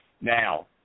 Now